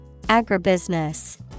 Agribusiness